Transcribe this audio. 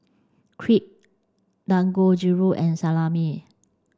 Crepe Dangojiru and Salami